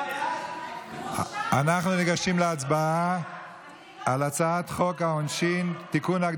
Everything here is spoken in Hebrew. אנחנו ניגשים להצבעה על הצעת חוק העונשין (תיקון,